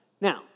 Now